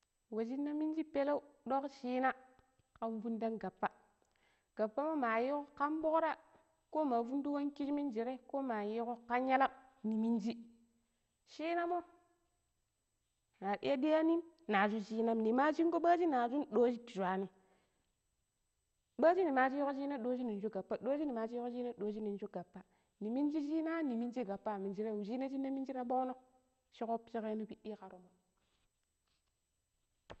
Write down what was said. We shine minji peleu dok shina kan fundang gappa, gappamo mayiko kan bokru ko ma fundon kijiminjirei ko mayiko kan yalam niminji, cinamo nari iya diyanim, na shu shinam nima shigo baaji na shum, doji da shuani baaji nima ciko cina, doji nin shi gappa doji nima ciko shina doji nuncu gappai ni minji shina niminji gappa minjire wushina shine minji ta bongno shi koppi shike no pidi ka tomon.